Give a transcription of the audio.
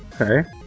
okay